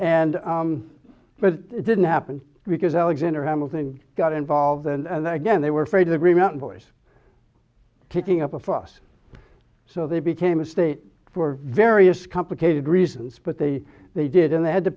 and but it didn't happen because alexander hamilton got involved and then again they were afraid of the remount voice kicking up a fuss so they became a state for various complicated reasons but they they didn't they had to